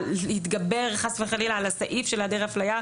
אנחנו כבר בדיון חמישי בנושא שעל סדר היום.